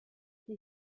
die